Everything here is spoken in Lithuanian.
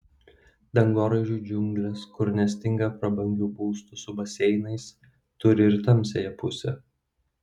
dangoraižių džiunglės kur nestinga prabangių būstų su baseinais turi ir tamsiąją pusę